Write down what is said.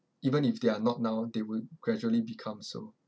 even if they are not now they will gradually become so